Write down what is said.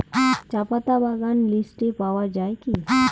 চাপাতা বাগান লিস্টে পাওয়া যায় কি?